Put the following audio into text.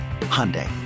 Hyundai